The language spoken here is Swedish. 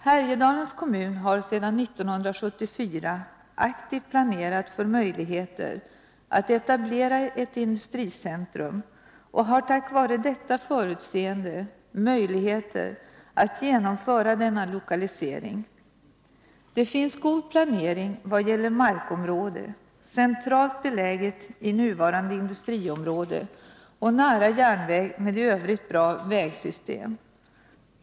Härjedalens kommun har sedan 1974 aktivt planerat för möjligheter att etablera ett industricentrum och har tack vare detta förutseende möjligheter att genomföra denna lokalisering. Det finns god planering vad gäller markområdet, centralt beläget i nuvarande industriområde och nära järnväg med i övrigt bra vägsystem.